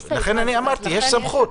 יש סעיף --- יש סמכות.